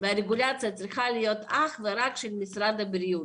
והרגולציה צריכה להיות אך ורק של משרד הבריאות.